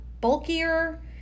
bulkier